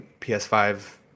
PS5